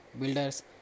builders